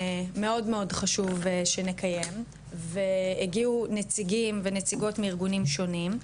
מאוד מאוד חשוב שנקיים והגיעו נציגים ונציגות מארגונים שונים,